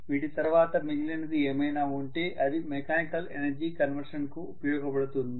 వీటి తర్వాత మిగిలినది ఏమైనా ఉంటే అది మెకానికల్ ఎనర్జీ కన్వర్షన్ కు ఉపయోగపడుతుంది